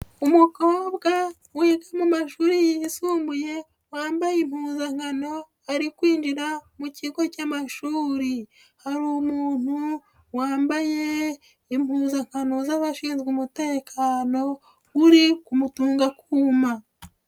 Umukobwa wiga mu mashuri yisumbuye, wambaye impuzankano ari kwinjira mu kigo cy'amashuri, hari umuntu wambaye impuzankano z'abashinzwe umutekano uri kumutunga akuma.